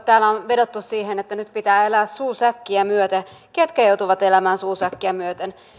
täällä on vedottu siihen että nyt pitää elää suu säkkiä myöten ketkä joutuvat elämään suu säkkiä myöten